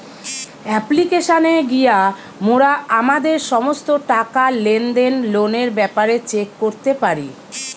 অ্যাপ্লিকেশানে গিয়া মোরা আমাদের সমস্ত টাকা, লেনদেন, লোনের ব্যাপারে চেক করতে পারি